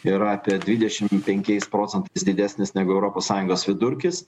yra apie dvidešim penkiais procentais didesnis negu europos sąjungos vidurkis